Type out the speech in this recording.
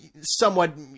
somewhat